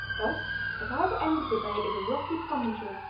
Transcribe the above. thus at either end of the bay is a rocky promontory,